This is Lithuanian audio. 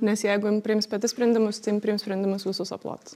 nes jeigu jin priims sprendimus tai jin priims sprendimus visus aplot